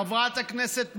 חברת הכנסת מועלם?